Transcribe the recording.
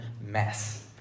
mess